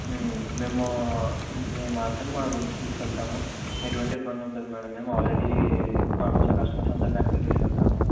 మేము మేము మాత్రం మా రూమ్స్కి తీసుకెళ్తాము ఎటువంటి ఇబ్బంది ఉండదు మేడం మేము ఆల్రెడీ మాకు వచ్చిన కస్టమర్స్ అందరినీ అక్కడికే తీసుకువెళ్తాము